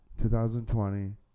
2020